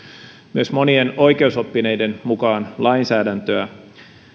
myös monien oikeusoppineiden mukaan lainsäädäntöä